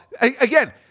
again